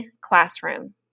Classroom